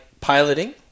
piloting